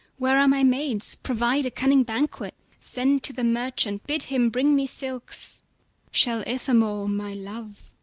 where are my maids? provide a cunning banquet send to the merchant, bid him bring me silks shall ithamore, my love,